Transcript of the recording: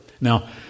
Now